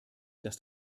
dass